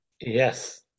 Yes